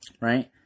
right